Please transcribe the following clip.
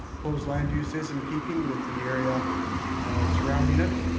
proposed land use is in keeping with the area surrounding it.